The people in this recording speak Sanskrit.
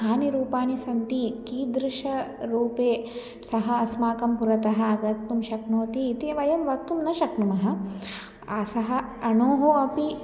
कानि रूपाणि सन्ति कीदृशरूपे सः अस्माकं पुरतः आगन्तुं शक्नोतीति वयं वक्तुं न शक्नुमः आ सः अणोः अपि